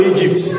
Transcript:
Egypt